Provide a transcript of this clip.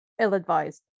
ill-advised